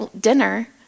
dinner